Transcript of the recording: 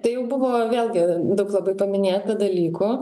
tai jau buvo vėlgi daug labai paminėta dalykų